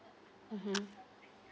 mmhmm